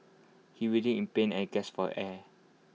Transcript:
he writhed in pain and gasped for air